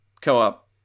co-op